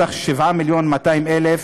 בסך 7.2 מיליון,